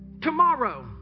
tomorrow